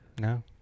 no